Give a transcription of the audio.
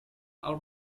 out